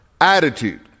attitude